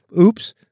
oops